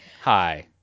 Hi